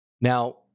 Now